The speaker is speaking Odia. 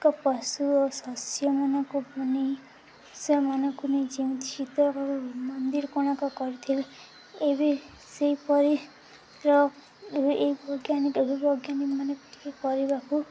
ଏକ ପଶୁ ଓ ଶସ୍ୟମାନଙ୍କୁ ନେଇ ସେମାନଙ୍କୁ ନେଇ ଯେମିତି ଶୀତ ମନ୍ଦିର କୋଣ କରିଥିଲେ ଏବେ ସେହିପରି ଏହି ବୈଜ୍ଞାନିକ ବୈଜ୍ଞାନିକ ମାନଙ୍କୁ ଟିକେ କରିବାକୁ